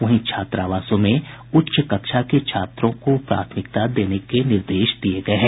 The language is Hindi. वहीं छात्रावासों में उच्च कक्षा के छात्रों को प्राथमिकता देने के निर्देश दिये गये हैं